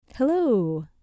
Hello